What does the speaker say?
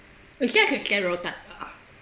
stereotype type ah